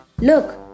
look